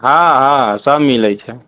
हँ हँ सभ मिलैत छै